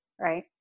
right